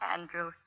Andrew